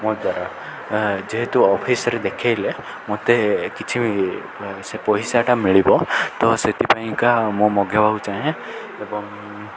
ମୋ ଦ୍ୱାରା ଯେହେତୁ ଅଫିସରେ ଦେଖାଇଲେ ମୋତେ କିଛି ସେ ପଇସାଟା ମିଳିବ ତ ସେଥିପାଇଁକା ମୁଁ ମଗାଇବାକୁ ଚାହେଁ ଏବଂ